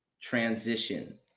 transition